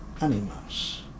animals